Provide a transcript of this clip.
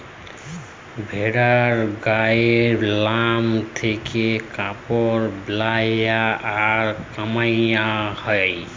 ভেড়ার গায়ের লম থেক্যে কাপড় বালাই আর কাম হ্যয়